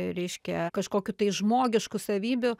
reiškia kažkokių tai žmogiškų savybių